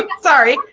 yeah sorry.